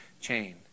chain